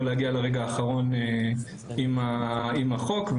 לא להגיע לרגע האחרון עם החוק,